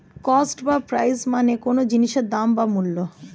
cost বা price মানে কোনো জিনিসের দাম বা মূল্য